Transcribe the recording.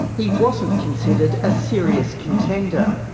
he wasn't considered a serious contender.